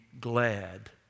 glad